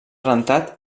rentat